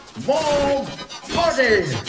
more um body,